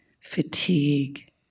fatigue